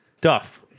Duff